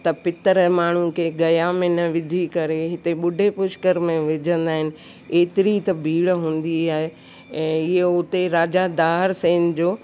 त पितर माण्हू खे गया में न विझी करे हिते बुॾे पुष्कर में विझंदा आहिनि एतिरी त भीड़ हूंदी आहे ऐं इहो उते राजा दाहिर सेन जो